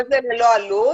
כל זה ללא עלות.